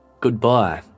Goodbye